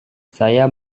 saya